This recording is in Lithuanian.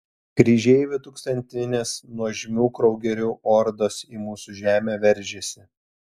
kryžeivių tūkstantinės nuožmių kraugerių ordos į mūsų žemę veržiasi